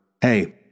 Hey